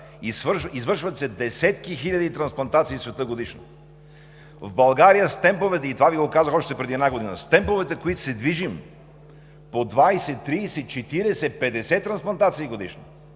извършват се десетки хиляди трансплантации в света годишно. Това Ви го казах още преди една година: с темповете, с които се движим – по 20, 30, 40, 50 трансплантации годишно,